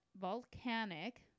Volcanic